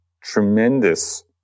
tremendous